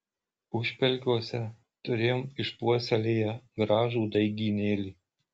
užpelkiuose turėjom išpuoselėję gražų daigynėlį